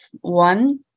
One